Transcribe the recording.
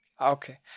Okay